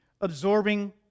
absorbing